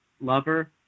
lover